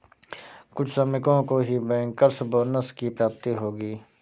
कुछ श्रमिकों को ही बैंकर्स बोनस की प्राप्ति होगी